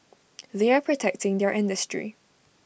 they are protecting their industry